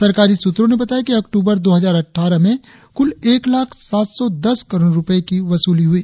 सरकारी सूत्रों ने बताया कि अक्टूबर दो हजार अटठारह में कुल एक लाख सात सौ दस करोड़ रुपये की वसूली हुई